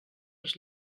les